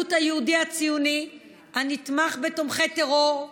המיעוט היהודי הציוני הנתמך בתומכי טרור,